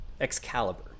Excalibur